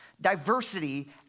Diversity